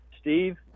Steve